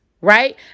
right